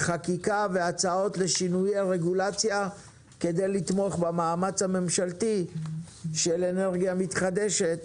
חקיקה והצעות לשינוי הרגולציה כדי לתמוך במאמץ הממשלתי של אנרגיה מתחדשת